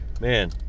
Man